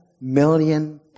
million